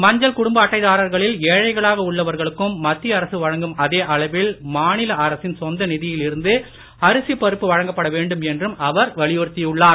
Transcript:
மஞ்சள் குடும்ப அட்டைதாரர்களில் ஏழைகளாக உள்ளவர்களுக்கும் மத்திய அரசு வழங்கும் அதே அளவில் மாநில அரசின் சொந்த நிதியில் இருந்து அரிசி பருப்பு வழங்கப்பட வேண்டும் என்றும் அவர் வலியுறுத்தியுள்ளார்